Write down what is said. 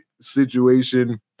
situation